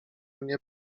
mnie